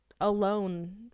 alone